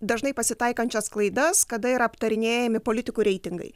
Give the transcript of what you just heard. dažnai pasitaikančias klaidas kada yra aptarinėjami politikų reitingai